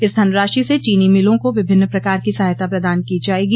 इस धनराशि से चीनी मिलों को विभिन्न प्रकार की सहायता प्रदान की जायेगी